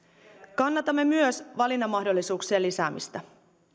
kannatamme myös valinnanmahdollisuuksien lisäämistä